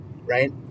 Right